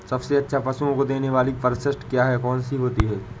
सबसे अच्छा पशुओं को देने वाली परिशिष्ट क्या है? कौन सी होती है?